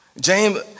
James